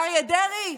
אריה דרעי,